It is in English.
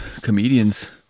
comedians